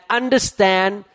understand